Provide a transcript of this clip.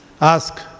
Ask